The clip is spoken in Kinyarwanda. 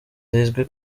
zizwi